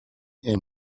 and